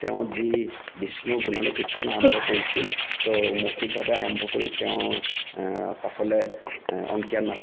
তেওঁ যি বিষ্ণুৰ গুণানুকীৰ্তন আৰম্ভ কৰিছিল চ' মৌখিকভাৱে আৰম্ভ কৰি তেওঁ পাছলৈ অংকীয়া নাট